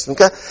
Okay